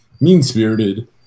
mean-spirited